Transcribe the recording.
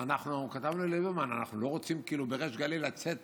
ואנחנו כתבנו לליברמן: אנחנו לא רוצים כאילו בריש גלי לצאת